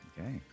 Okay